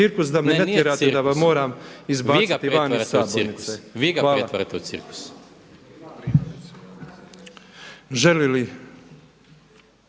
Ne, nije cirkus, vi ga pretvarate u cirkus.